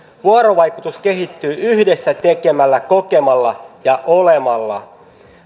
vuorovaikutus kehittyy yhdessä tekemällä kokemalla ja olemalla